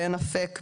בעין אפק,